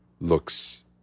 looks